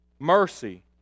Mercy